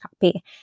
copy